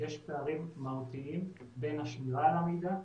יש פערים מהותיים בין השמירה על המידע,